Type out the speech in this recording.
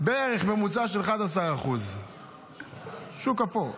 בערך, ממוצע של 11%. שוק אפור.